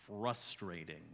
frustrating